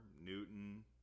Newton